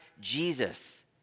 Jesus